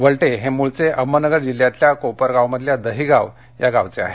वल्टे हे मुळचे अहमदनगर जिल्ह्यातल्या कोपरगावमधल्या दहिगाव या गावचे आहेत